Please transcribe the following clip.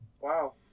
Wow